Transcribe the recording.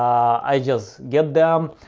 i just get them.